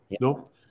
no